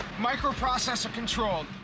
microprocessor-controlled